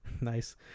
Nice